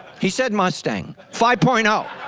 he said mustang five point um